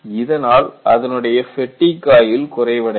இதனால் அதனுடைய ஃபேட்டிக் ஆயுள் குறைவடையும்